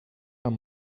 amb